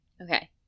okay